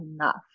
enough